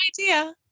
idea